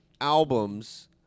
albums